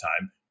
time